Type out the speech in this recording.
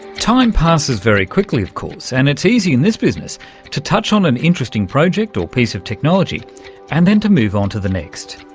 time passes very quickly of course, and it's easy in this business to touch on an interesting project or piece of technology and then to move on to the next,